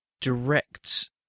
direct